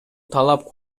талап